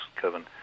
Kevin